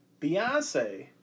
beyonce